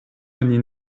oni